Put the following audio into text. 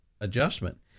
adjustment